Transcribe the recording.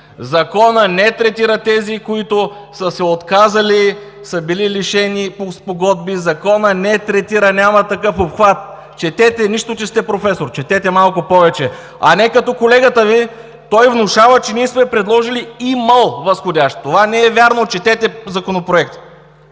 Законът не третира тези, които са се отказали, са били лишени по спогодби. Законът не третира, няма такъв обхват. Четете, нищо, че сте професор, четете малко повече, а не като колегата Ви. Той внушава, че сме предложили „имал възходящ“. Това не е вярно. Четете Законопроекта!